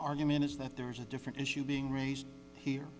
argument is that there's a different issue being raised here